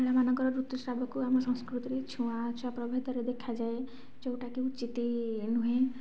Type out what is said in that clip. ମହିଳାମାନଙ୍କର ଋତୁସ୍ରାବକୁ ଆମ ସଂସ୍କୃତିରେ ଛୁଆଁ ଅଛୁଆଁ ପ୍ରଭେଦରେ ଦେଖାଯାଏ ଯେଉଁଟାକି ଉଚିତ ନୁହେଁ